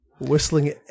Whistling